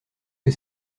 que